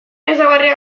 ezaugarria